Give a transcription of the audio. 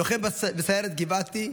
לוחם בסיירת גבעתי,